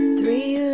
Three